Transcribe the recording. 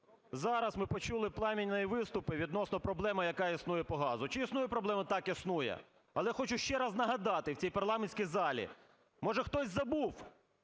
Зараз ми почули пламенні виступи відносно проблеми, яка існує по газу. Чи існує проблема? Так, існує. Але хочу ще раз нагадати у цій парламентській залі, може хтось забув,